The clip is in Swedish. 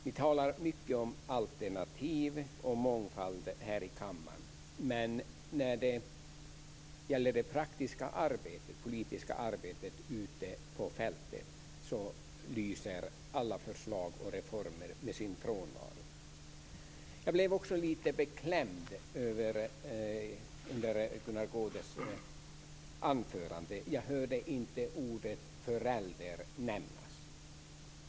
Ni talar mycket om alternativ och mångfald här i kammaren, men när det gäller det praktiska politiska arbetet ute på fältet lyser alla förslag och reformer med sin frånvaro. Jag blev också lite beklämd under Gunnar Goudes anförande. Jag hörde inte ordet förälder nämnas.